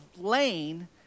lane